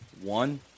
One